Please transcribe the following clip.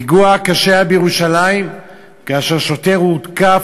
פיגוע קשה היה בירושלים כאשר שוטר הותקף